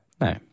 No